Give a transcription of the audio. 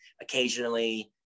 occasionally